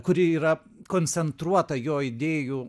kuri yra koncentruota jo idėjų